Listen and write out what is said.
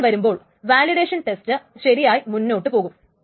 അങ്ങനെ വരുമ്പോൾ validation test ശരിയായി മുന്നോട്ടു പോകും